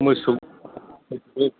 मोसौ